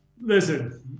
Listen